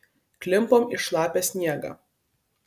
klimpom į šlapią sniegą